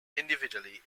individually